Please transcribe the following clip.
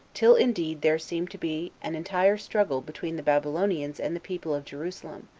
till indeed there seemed to be an entire struggle between the babylonians and the people of jerusalem,